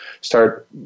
start